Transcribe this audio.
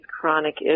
chronic